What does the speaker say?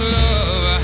love